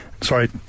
Sorry